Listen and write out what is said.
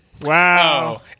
Wow